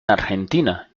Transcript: argentina